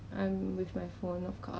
without having a mask on